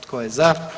Tko je za?